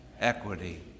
equity